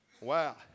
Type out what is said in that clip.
Wow